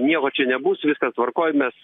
nieko čia nebus viskas tvarkoj mes